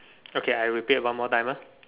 okay I repeat a one more time ah